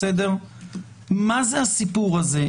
מה זה הסיפור הזה.